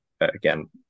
Again